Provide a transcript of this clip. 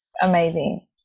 amazing